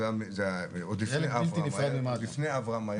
לפני אברהם היה,